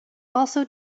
also